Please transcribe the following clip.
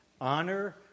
Honor